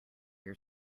your